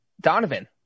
Donovan